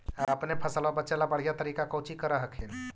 अपने फसलबा बचे ला बढ़िया तरीका कौची कर हखिन?